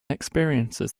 experiences